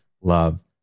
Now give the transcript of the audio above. love